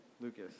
Lucas